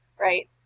right